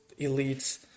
elites